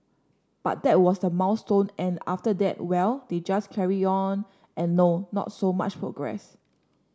but that was the milestone and after that well they just carry on and no not so much progress